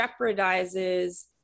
jeopardizes